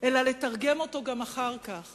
אלא לתרגם אותו גם אחר כך